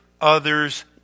others